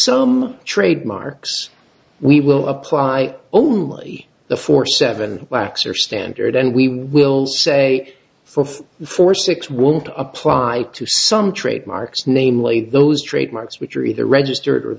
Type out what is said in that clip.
some trademarks we will apply only the four seven laxer standard and we will say for four six won't apply to some trademarks namely those trademarks which are either registered